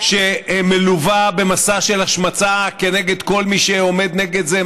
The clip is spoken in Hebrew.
שמלווה במסע של השמצה כנגד כל מי שעומד נגד זה,